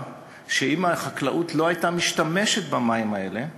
שאם החקלאות לא הייתה משתמשת במים האלה,